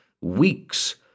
weeks